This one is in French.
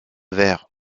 verre